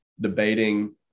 debating